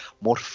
more